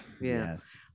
yes